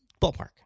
Ballpark